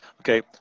Okay